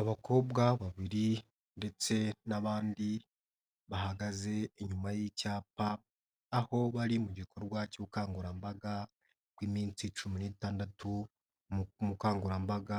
Abakobwa babiri ndetse n'abandi bahagaze inyuma y'icyapa aho bari mu gikorwa cy'ubukangurambaga bw'iminsi cumi n'itandatu mu bukangurambaga